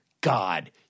God